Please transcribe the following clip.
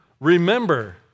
Remember